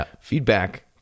Feedback